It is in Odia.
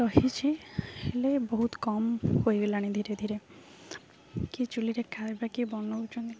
ରହିଛି ହେଲେ ବହୁତ କମ୍ ହୋଇଗଲାଣି ଧୀରେ ଧୀରେ କିଏ ଚୁଲିରେ ଖାଇବା କିଏ ବନଉଛନ୍ତି